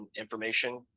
information